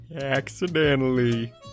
accidentally